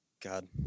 god